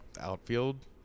outfield